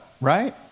right